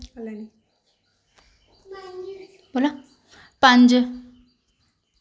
पंज